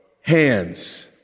hands